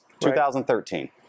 2013